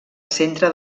centre